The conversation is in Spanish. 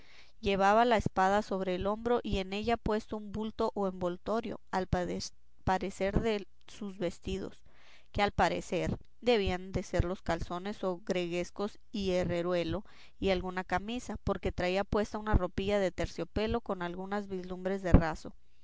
llevaba la espada sobre el hombro y en ella puesto un bulto o envoltorio al parecer de sus vestidos que al parecer debían de ser los calzones o greguescos y herreruelo y alguna camisa porque traía puesta una ropilla de terciopelo con algunas vislumbres de raso